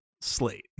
slate